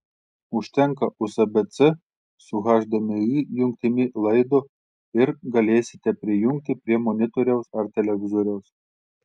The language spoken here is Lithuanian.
užtenka usb c su hdmi jungtimi laido ir galėsite prijungti prie monitoriaus ar televizoriaus